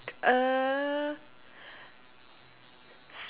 a